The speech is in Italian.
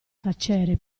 tacere